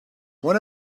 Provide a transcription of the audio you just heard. one